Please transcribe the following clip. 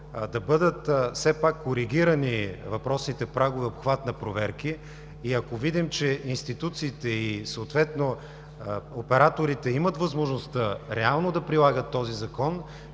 да бъдат все пак коригирани въпросните прагове и обхват на проверки и ако видим, че институциите и съответно операторите имат възможността реално да прилагат този Закон,